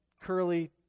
curly